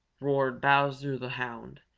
roared bowser the hound,